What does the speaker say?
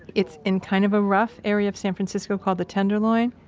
it's in kind of a rough area of san francisco called the tenderloin,